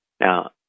Now